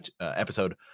episode